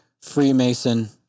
Freemason